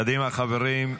קדימה, חברים,